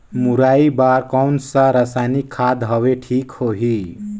मुरई बार कोन सा रसायनिक खाद हवे ठीक होही?